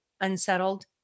unsettled